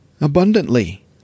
abundantly